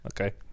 Okay